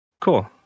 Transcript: cool